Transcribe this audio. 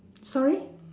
sorry